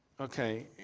Okay